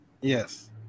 Yes